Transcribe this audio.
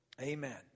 Amen